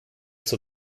zur